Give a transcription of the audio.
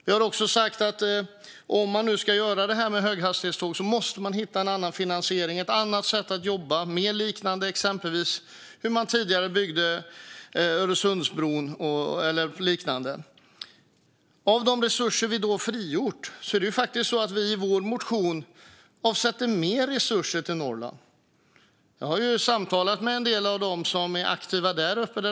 Vi har också sagt att om man nu ska göra satsningen på höghastighetståg måste man hitta en annan finansiering, ett annat sätt att jobba, något som mer liknar exempelvis hur man byggde Öresundsbron eller liknande. När det gäller de resurser som vi då frigör är det faktiskt så att vi i vår motion avsätter mer resurser till Norrland. Jag har samtalat med en del av dem som är aktiva där uppe.